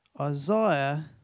Isaiah